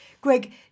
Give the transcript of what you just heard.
Greg